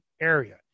area